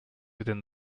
within